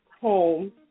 home